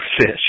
fish